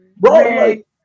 Right